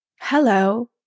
hello